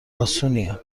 اسونیه